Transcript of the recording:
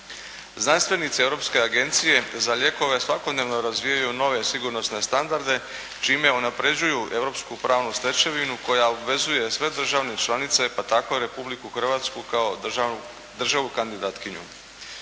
Znanstvenici Europske agencije za lijekove svakodnevno razvijaju nove sigurnosne standarde čime unapređuju europsku pravnu stečevinu koja obvezuju sve države članice, pa tako i Republiku Hrvatsku kao državu kandidatkinju.